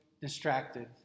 distracted